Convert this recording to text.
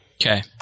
okay